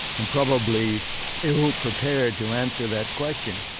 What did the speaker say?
i'm probably ill-prepared to answer that question.